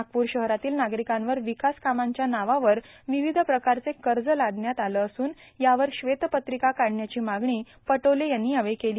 नागपूर शहरातील नागरिकांवार विकास कामांच्या नावावर विविध प्रकारचे कर्ज लादण्यात आलं असून यावर श्वेत पत्रिका काढण्याची मागणी पटोले यांनी यावेळी केली